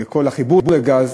וכל החיבור לגז,